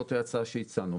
זאת ההצעה שהצענו.